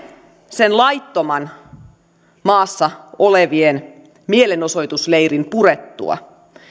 sen maassa olevien laittoman mielenosoitusleirin purettua